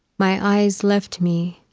my eyes left me,